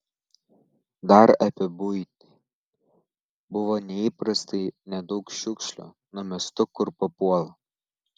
dar apie buitį buvo neįprastai nedaug šiukšlių numestų kur papuola